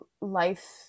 life